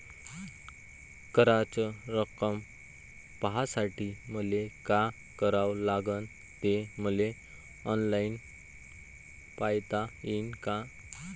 कराच रक्कम पाहासाठी मले का करावं लागन, ते मले ऑनलाईन पायता येईन का?